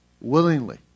willingly